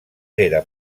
era